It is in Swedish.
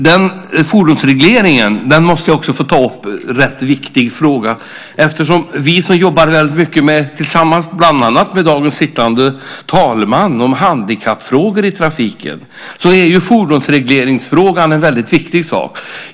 Jag måste också få ta upp frågan om fordonsregleringen. Det är en viktig fråga. För oss som jobbar mycket tillsammans med bland annat dagens sittande talman om handikappfrågor i trafiken är fordonsregleringsfrågan en viktig sak.